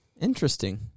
Interesting